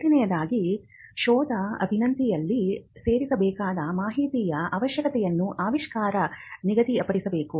ಎರಡನೆಯದಾಗಿ ಶೋಧ ವಿನಂತಿಯಲ್ಲಿ ಸೇರಿಸಬೇಕಾದ ಮಾಹಿತಿಯ ಅವಶ್ಯಕತೆಯನ್ನು ಆವಿಷ್ಕಾರಕ ನಿಗದಿಪಡಿಸಬೇಕು